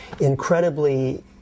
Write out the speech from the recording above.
incredibly